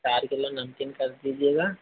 चार किलो नमकीन कर दीजिएगा